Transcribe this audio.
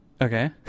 Okay